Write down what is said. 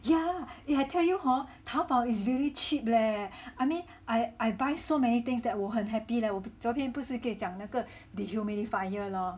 yeah lah yeah I tell you hor 淘宝 is really cheap leh I mean I I buy so many things that 我很 happy leh 我们昨天不是跟你讲那个 dehumidifier lor